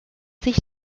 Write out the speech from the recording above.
sich